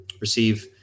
receive